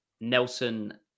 Nelson